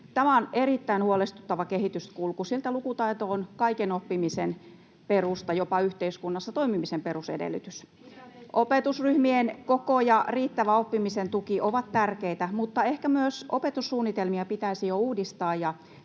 Tämä on erittäin huolestuttava kehityskulku. Lukutaito on kaiken oppimisen perusta, jopa yhteiskunnassa toimimisen perusedellytys. Opetusryhmien koko ja riittävä oppimisen tuki ovat tärkeitä, mutta ehkä myös opetussuunnitelmia pitäisi jo uudistaa